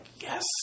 yes